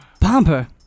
Pomper